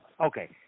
Okay